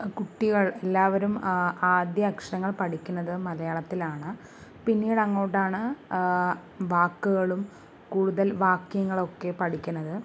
കുട്ടികൾ എല്ലാവരും ആദ്യ അക്ഷരങ്ങൾ പഠിക്കണത് മലയാളത്തിലാണ് പിന്നീടങ്ങോട്ടാണ് വാക്കുകളും കൂടുതൽ വാക്ക്യങ്ങളൊക്കെ പഠിക്കണത്